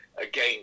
again